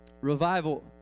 Revival